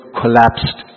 collapsed